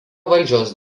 valdžios